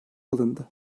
alındı